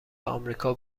آمریکا